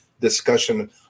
discussion